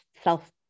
self